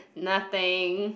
nothing